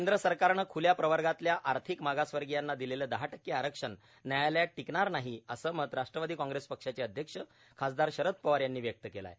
केंद्र सरकारनं खुल्या प्रवर्गातल्या आर्थिक मागासवर्गीयांना दिलेलं दहा टक्के आरक्षण न्यायालयात टिकणार नाही असं मत राष्ट्रवादी काँग्रेस पक्षाचे अध्यक्ष खासदार शरद पवार यांनी व्यक्त केलं आहे